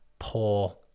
poor